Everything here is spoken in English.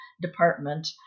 department